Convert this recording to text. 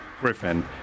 griffin